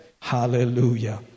Hallelujah